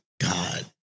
God